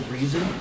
reason